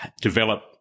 develop